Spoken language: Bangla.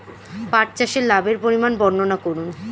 পাঠ চাষের লাভের পরিমান বর্ননা করুন?